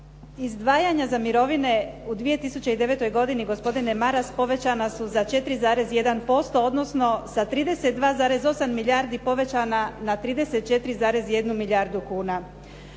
Izdvajanja za mirovine u 2009. godini, gospodine Maras, povećana su za 4,1%, odnosno sa 32,8 milijardi povećana na 34,1 milijardu kuna.